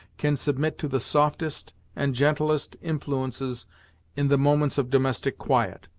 can submit to the softest and gentlest influences in the moments of domestic quiet.